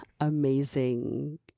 amazing